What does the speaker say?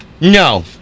No